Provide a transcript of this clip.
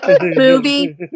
movie